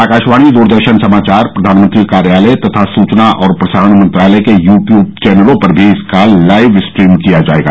आकाशवाणी दूरदर्शन समाचार प्रधानमंत्री कार्यालय तथा सुचना और प्रसारण मंत्रालय के यू ट्यूब चैनलों पर भी इसका लाइव स्ट्रीम किया जाएगा